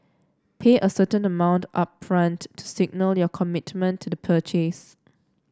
pay a certain amount upfront to signal your commitment to the purchase